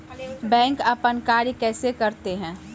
Bank अपन कार्य कैसे करते है?